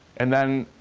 and then,